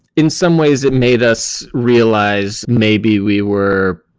in some ways it made us realize maybe we were